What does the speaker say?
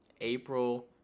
April